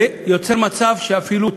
וזה יוצר מצב שאפילו תיאום,